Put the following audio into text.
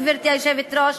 גברתי היושבת-ראש,